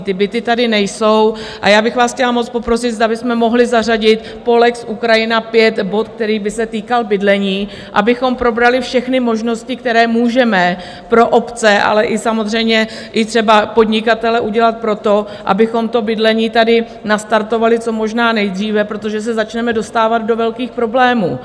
Ty byty tady nejsou a já bych vás chtěla moc poprosit, zda bychom mohli zařadit po lex Ukrajina V bod, který by se týkal bydlení, abychom probrali všechny možnosti, které můžeme pro obce, ale i samozřejmě třeba podnikatele udělat pro to, abychom bydlení tady nastartovali co možná nejdříve, protože se začneme dostávat do velkých problémů.